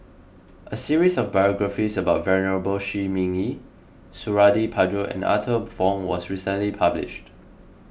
a series of biographies about Venerable Shi Ming Yi Suradi Parjo and Arthur Fong was recently published